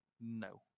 no